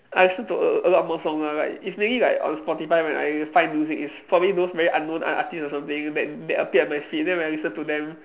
I listen to a a lot more songs lah like it's really like on Spotify where I find music it's probably those very unknown ar~ artiste or something that that appeared on my feed then when I listen to them